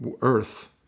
earth